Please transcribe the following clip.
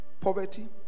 poverty